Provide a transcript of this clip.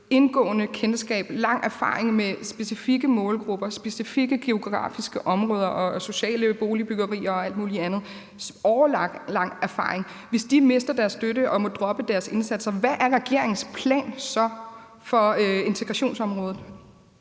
indgående kendskab til og lang erfaring med specifikke målgrupper, specifikke geografiske områder og sociale boligbyggerier og alt muligt andet – årelang erfaring. Hvis de mister deres støtte og må droppe deres indsatser, hvad er regeringens plan så for integrationsområdet?